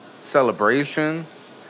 celebrations